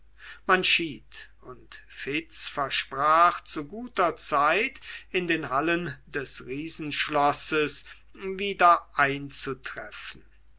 man schied und fitz versprach zu guter zeit in den hallen des riesenschlosses wieder einzutreffen